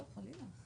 לא, חלילה.